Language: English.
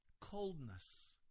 coldness